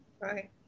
Bye